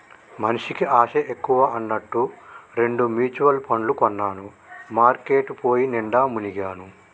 మనిషికి ఆశ ఎక్కువ అన్నట్టు రెండు మ్యుచువల్ పండ్లు కొన్నాను మార్కెట్ పడిపోయి నిండా మునిగాను